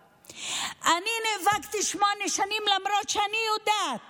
אני נאבקתי שמונה שנים למרות שאני יודעת